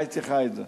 מה היא צריכה את זה?